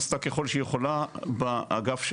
עשתה ככל שהיא יכולה באגף שלה,